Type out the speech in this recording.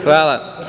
Hvala.